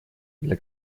для